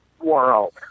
world